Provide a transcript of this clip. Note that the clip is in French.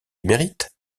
émérite